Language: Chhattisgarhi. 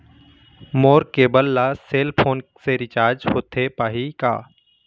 मोर केबल ला सेल फोन से रिचार्ज होथे पाही का?